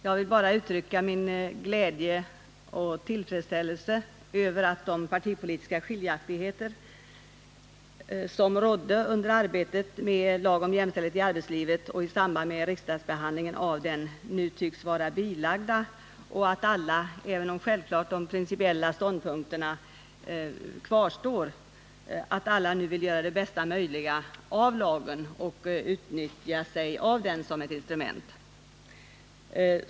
Jag vill bara uttrycka min glädje och tillfredsställelse över att de partipolitiska skiljaktigheter som rådde under arbetet med lagen om jämställdhet i arbetslivet och i samband med riksdagsbehandlingen av den nu tycks vara bilagda och att alla, även om de principiella ståndpunkterna självklart kvarstår, nu vill göra det bästa möjliga av lagen och utnyttja den såsom ett instrument.